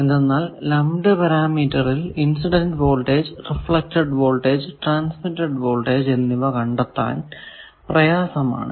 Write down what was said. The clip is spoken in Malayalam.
എന്തെന്നാൽ ലംബ്ഡ് പരാമീറ്ററിൽ incident voltage reflected voltage transmitted voltage എന്നിവ കണ്ടെത്താൻ പ്രയാസമാണ്